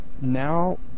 now